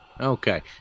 Okay